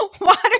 water